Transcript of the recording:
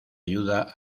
ayuda